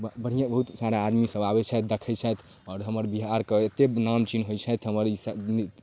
बढ़िआँ बहुत सारा आदमीसभ आबै छथि देखै छथि आओर हमर बिहारके एतेक नाम चिन्है छथि हमर